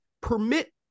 permit